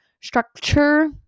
structure